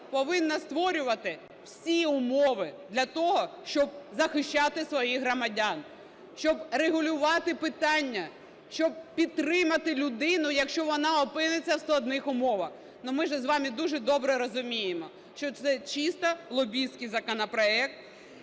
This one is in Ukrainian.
повинна створювати всі умови для того, щоб захищати своїх громадян, щоб регулювати питання, щоб підтримати людину, якщо вона опиниться в складних умовах. Ну, ми же з вами дуже добре розуміємо, що це чисто лобістський законопроект